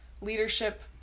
leadership